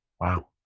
Wow